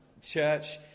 church